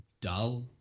dull